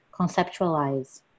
conceptualize